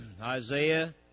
Isaiah